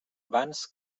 abans